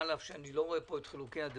אני באמת לא מצליחה להבין למה זה לא חלק מהתקנות.